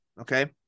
okay